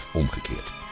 omgekeerd